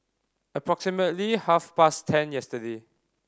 approximately half past ten yesterday